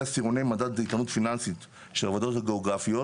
עשירוני מדד יתכנות פיננסית של הוועדות הגיאוגרפיות.